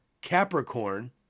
Capricorn